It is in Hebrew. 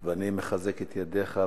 אני מחזק את ידיך,